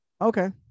Okay